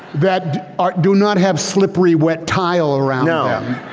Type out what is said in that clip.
that um do not have slippery wet tile around